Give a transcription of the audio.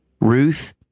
Ruth